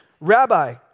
Rabbi